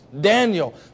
Daniel